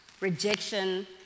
Rejection